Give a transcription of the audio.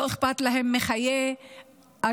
לא אכפת להן מחיי אדם,